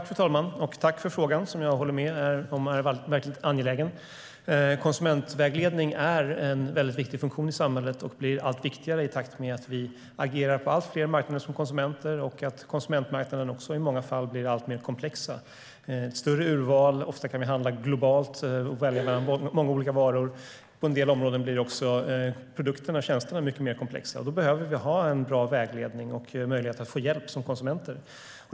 Fru talman! Tack för frågan som jag håller med om verkligen är angelägen. Konsumentvägledning är en väldigt viktig funktion i samhället och blir allt viktigare i takt med att vi agerar på allt fler marknader som konsumenter och att konsumentmarknaden också i många fall blir allt mer komplex. Det är ett större urval, och ofta kan vi handla globalt och välja mellan många olika varor. På en del områden blir också produkterna och tjänsterna mycket mer komplexa. Därför behöver vi ha en bra vägledning och möjligheter att få hjälp som konsumenter.